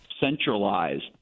centralized